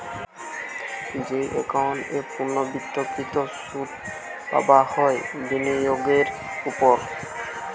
যেই একাউন্ট এ পূর্ণ্যাবৃত্তকৃত সুধ পাবা হয় বিনিয়োগের ওপর